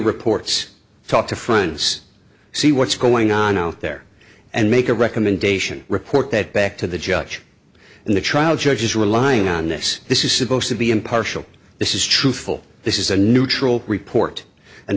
reports talk to friends see what's going on out there and make a recommendation report that back to the judge and the trial judge is relying on this this is supposed to be impartial this is truthful this is a neutral report and